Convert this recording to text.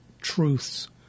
truths